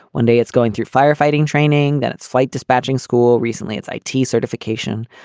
one day it's going through firefighting, training that it's flight despatching school. recently, it's i t. certification.